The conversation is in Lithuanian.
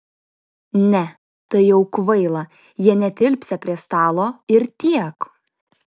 ne tai jau kvaila jie netilpsią prie stalo ir tiek